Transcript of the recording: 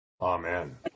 Amen